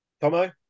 Tomo